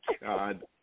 god